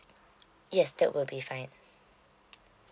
yes that will be fine